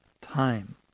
time